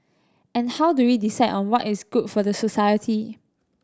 and how do we decide on what is good for the society